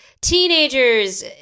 teenagers